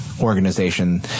organization